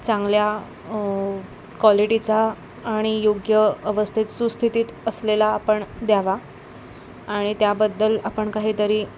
चांगल्या क्वालिटीचा आणि योग्य अवस्थेत सुस्थितीत असलेला आपण द्यावा आणि त्याबद्दल आपण काहीतरी